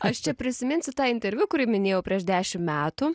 aš čia prisiminsiu tą interviu kurį minėjau prieš dešim metų